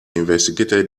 investigated